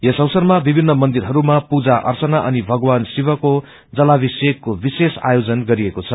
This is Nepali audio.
यस अवसरमा विभिन्न मन्दिरहरूमापूजा अर्चना अनि भगवान शिवको जलाभिषेकको विशेष आयोजन गरिएको छ